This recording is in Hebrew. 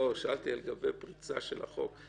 לא, שאלתי לגבי פריצה של החוק.